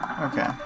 Okay